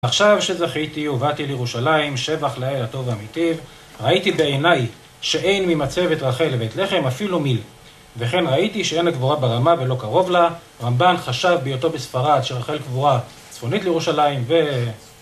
עכשיו שזכיתי ובאתי לירושלים, שבח לאל הטוב והמיטיב, ראיתי בעיני שאין ממצבת רחל לבית לחם אפילו מיל, וכן ראיתי שאין היא קבורה ברמה ולא קרוב לה, רמב"ן חשב בהיותו בספרד שרחל קבורה צפונית לירושלים ו...